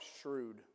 shrewd